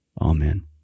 Amen